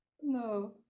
No